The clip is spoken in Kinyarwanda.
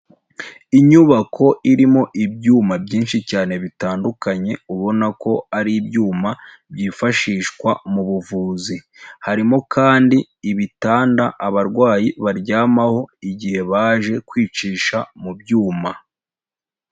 Inyubako irimo ibyuma byinshi cyane bitandukanye ubona ko ari ibyuma byifashishwa mu buvuzi, harimo kandi ibitanda abarwayi baryamaho igihe baje kwicisha mu byuma.